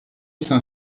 saint